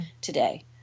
today